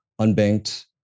unbanked